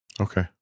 Okay